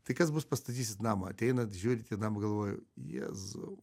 tai kas bus pastatysit namą ateinat žiūrit į namą galvoju jėzau